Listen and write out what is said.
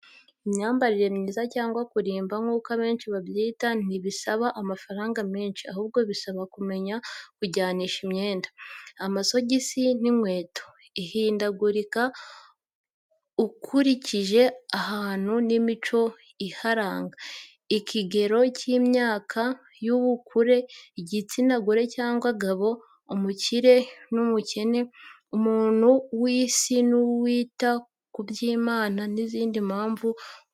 Imyambarire myiza cyangwa kurimba nk'uko abenshi babyita, ntibisaba amafaranga menshi ahubwo bisaba kumenya kujyanisha imyenda, amasogisi n'inkweto. Ihindagurika ukurikije ahantu n'imico iharanga, ikigero cy'imyaka y'ubukure, igitsina gore cyangwa gabo, umukire n'umukene, umuntu w'isi n'uwita ku by'Imana n'izindi mpamvu utarondora.